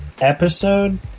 episode